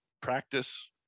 practice